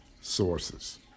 sources